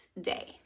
day